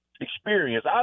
experience